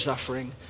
suffering